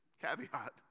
caveat